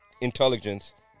intelligence